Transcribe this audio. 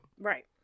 Right